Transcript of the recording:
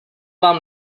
vám